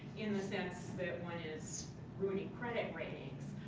in the sense that one is ruining credit ratings,